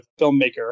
filmmaker